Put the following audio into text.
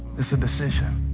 it's a decision.